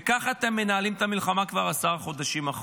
וככה אתם מנהלים את המלחמה כבר עשרה חודשים.